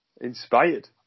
Inspired